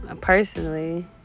personally